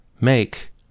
make